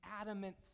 adamant